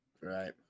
Right